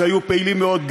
שהיו פעילים מאוד,